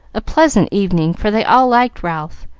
a pleasant evening, for they all liked ralph,